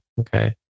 Okay